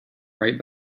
right